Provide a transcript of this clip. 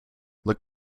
look